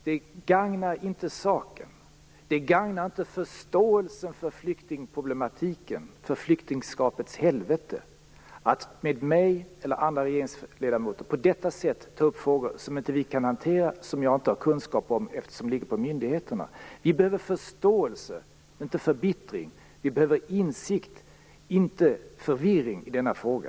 Det gagnar inte saken, det gagnar inte förståelsen för flyktingproblematiken, för flyktingskapets helvete, att med mig eller andra regeringsledamöter på detta sätt ta upp frågor som vi inte kan hantera och som jag inte har kunskap om eftersom de ligger på myndigheterna. Vi behöver förståelse, inte förbittring. Vi behöver insikt, inte förvirring, i denna fråga.